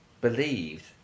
believed